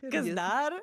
kas dar